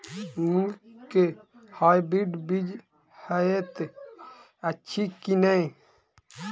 मूँग केँ हाइब्रिड बीज हएत अछि की नै?